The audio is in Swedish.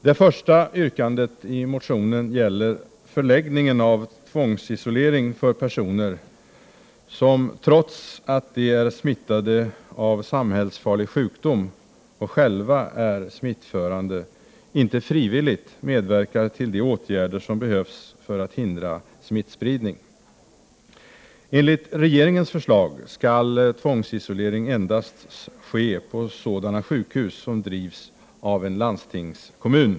Det första yrkandet i motionen gäller förläggningen av tvångsisolering för personer som, trots att de är smittade av samhällsfarlig sjukdom och själva är smittförande, inte frivilligt medverkar till de åtgärder som behövs för att hindra smittspridning. Enligt regeringens förslag skall tvångsisolering endast ske på sådana sjukhus som drivs av en landstingskommun.